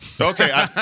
Okay